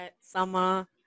Summer